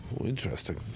Interesting